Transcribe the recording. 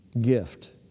gift